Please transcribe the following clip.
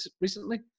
recently